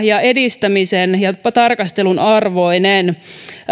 ja edistämisen ja tarkastelun arvoinen